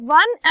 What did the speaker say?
one